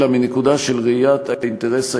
אלא מנקודה של ראיית האינטרס הישראלי,